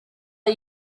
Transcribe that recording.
are